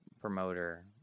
promoter